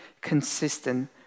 consistent